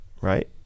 right